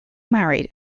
married